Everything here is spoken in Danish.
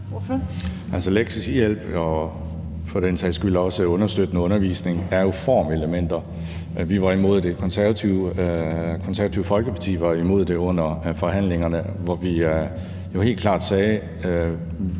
Altså, lektiehjælp og for den sags skyld også understøttende undervisning er jo formelementer. Vi var imod det, og Det Konservative Folkeparti var imod det under forhandlingerne, hvor vi jo helt klart sagde: